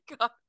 God